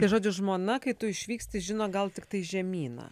tai žodžiu žmona kai tu išvyksti žino gal tiktai žemyną